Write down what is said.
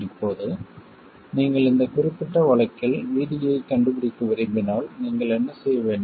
இப்போது நீங்கள் இந்த குறிப்பிட்ட வழக்கில் VD ஐக் கண்டுபிடிக்க விரும்பினால் நீங்கள் என்ன செய்ய வேண்டும்